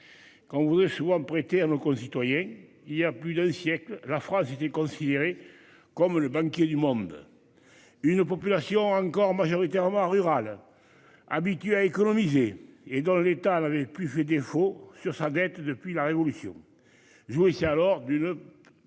Quand vous souvent prêtée à nos concitoyens, il y a plus d'un siècle, la phrase était considéré comme le banquier du monde. Une population encore majoritairement rural. Habituer à économiser et dans l'État n'avait plus fait défaut sur sa dette. Depuis la révolution jouissait alors d'une.